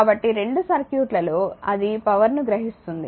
కాబట్టి రెండు సర్క్యూట్లు లలో అది పవర్ ను గ్రహిస్తుంది